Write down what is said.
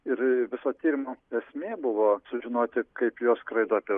ir viso tyrimo esmė buvo sužinoti kaip jos skraido apie